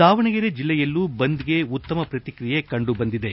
ದಾವಣಗೆರೆ ಜಿಲ್ಲೆಯಲ್ಲೂ ಬಂದ್ಗೆ ಉತ್ತಮ ಪ್ರಕ್ರಿಯೆ ಕಂಡುಬಂದಿದೆ